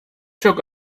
çok